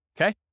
Okay